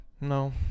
No